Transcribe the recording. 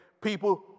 people